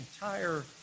entire